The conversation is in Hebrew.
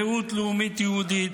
זהות לאומית יהודית,